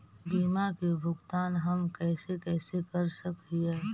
बीमा के भुगतान हम कैसे कैसे कर सक हिय?